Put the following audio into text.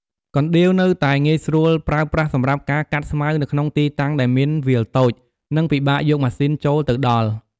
កណ្ដៀវនៅតែងាយស្រួលប្រើប្រាស់សម្រាប់ការកាត់ស្មៅនៅក្នុងទីតាំងដែលមានវាលតូច និងពិបាកយកម៉ាស៊ីនចូលទៅដល់។